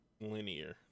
linear